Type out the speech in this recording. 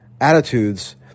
attitudes